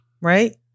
right